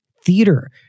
Theater